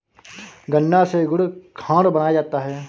गन्ना से गुड़ खांड बनाया जाता है